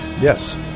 yes